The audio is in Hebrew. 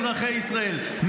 אזרחי ישראל,